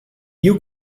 you